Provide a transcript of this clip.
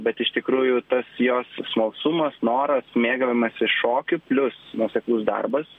bet iš tikrųjų tas jos smalsumas noras mėgavimasis šokiu plius nuoseklus darbas